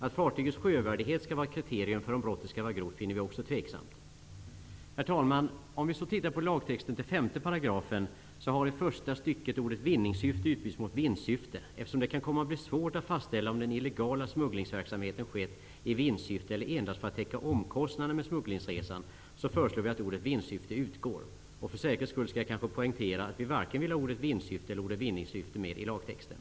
Att fartygets sjövärdighet skall vara ett kriterium för om brottet skall anses vara grovt finner vi också tveksamt. Herr talman! I förslaget till lagtext i 5 § har ordet vinningssyfte i första stycket bytts ut mot ordet vinstsyfte. Eftersom det kan komma att bli svårt att fastställa om den illegala smugglingsverksamheten har skett i vinstyfte eller endast för att täcka omkostnaderna med smugglingsresan föreslår vi att ordet vinstsyfte skall utgå. För säkerhets skull poängterar jag att vi varken vill ha ordet vinstsyfte eller ordet vinningssyfte i lagtexten.